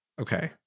Okay